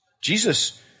Jesus